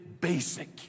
basic